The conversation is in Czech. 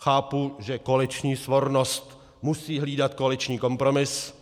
Chápu, že koaliční svornost musí hlídat koaliční kompromis.